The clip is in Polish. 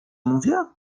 mówię